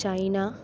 China